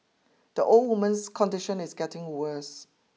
the old woman's condition is getting worse